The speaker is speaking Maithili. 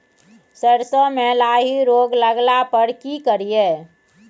सरसो मे लाही रोग लगला पर की करिये?